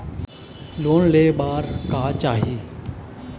Loan ले बार का चाही?